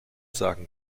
sagen